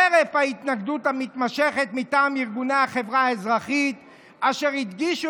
חרף ההתנגדות המתמשכת מטעם ארגוני החברה האזרחית אשר הדגישו